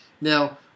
Now